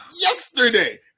yesterday